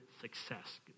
success